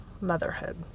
motherhood